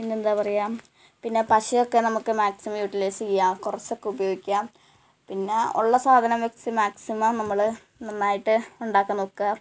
പിന്നെ എന്താണ് പറയുക പിന്നെ പശയൊക്കെ നമുക്ക് മാക്സിമം യൂട്ടിലൈസ് ചെയ്യാം കുറച്ചൊക്കെ ഉപയോഗിക്കാം പിന്നെ ഉള്ള സാധനം വച്ച് മാക്സിമം നമ്മൾ നന്നായിട്ട് ഉണ്ടാക്കാൻ നോക്കുക